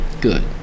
Good